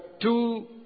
two